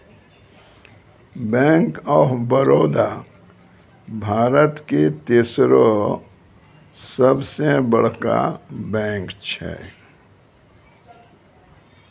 bank of Baroda भारतो के तेसरो सभ से बड़का बैंक छै